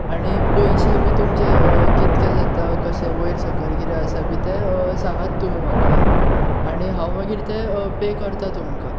आनी पयशे बी तुमचे कितके जाता कशे वयर सकयल आसा बी ते तें सांगांत तुमी म्हाका आनी हांव मागीर पे करतां तुमकां